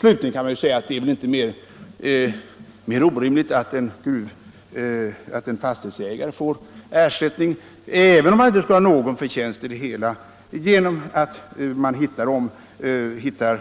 Slutligen kan man ju säga att det väl inte är direkt orimligt att en fastighetsägare får ersättning för en gruvfyndighet som upptäckts inom hans område, även om han eljest inte